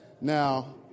Now